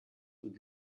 would